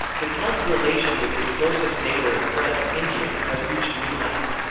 bhutan's relation with its closest neighbour and friend, india, has reached new heights.